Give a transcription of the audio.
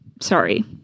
Sorry